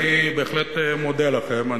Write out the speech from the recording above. אני בהחלט מודה לכם.